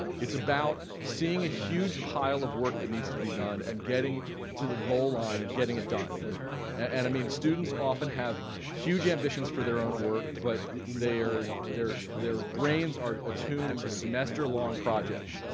it's about seeing a huge pile of work that needs to be done and getting to the goal line and getting it done and i mean students often have huge ambitions for their own work but they're they're their brains are attuned to semester-long projects.